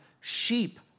sheep